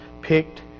picked